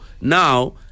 now